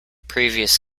previous